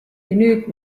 nüüd